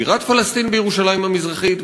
בירת פלסטין בירושלים המזרחית,